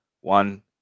One